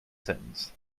sentence